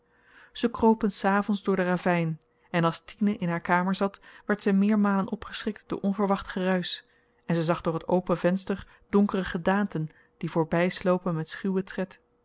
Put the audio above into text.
ze kropen s avends door den ravyn en als tine in haar kamer zat werd ze meermalen opgeschrikt door onverwacht geruisch en ze zag door t open venster donkere gedaanten die voorby slopen met schuwen tred